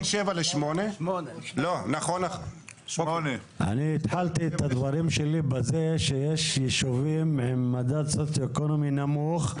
8. פתחתי את דבריי בזה שיש יישובים עם מדד סוציו-אקונומי נמוך,